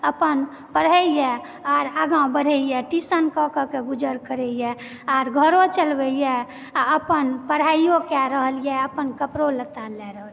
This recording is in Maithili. अपन पढ़ैए आर आगाँ बढ़ैए ट्यूशनकऽ कऽ के गुजर करयए आर घरो चलबयए आ अपन पढाइओ कै रहलए अपन कपड़ो लत्ता लय रहलए